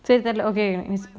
say that okay